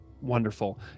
wonderful